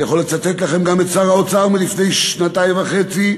אני יכול לצטט לכם גם את שר האוצר מלפני שנתיים וחצי: